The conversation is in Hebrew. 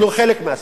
ביטלו חלק מהספרים.